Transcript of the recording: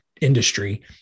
industry